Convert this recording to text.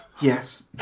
Yes